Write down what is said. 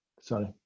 sorry